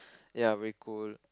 ya very cold